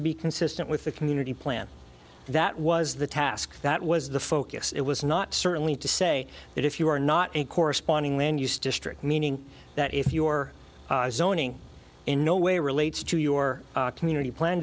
to be consistent with the community plan that was the task that was the focus it was not certainly to say that if you are not a corresponding land use district meaning that if your zoning in no way relates to your community plan